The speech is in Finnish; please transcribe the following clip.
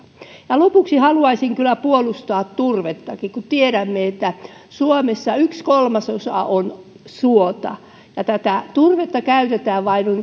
lopuksi haluaisin kyllä puolustaa turvettakin kun tiedämme että suomesta yksi kolmasosa on suota ja tätä turvetta käytetään vain